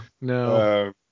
no